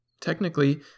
technically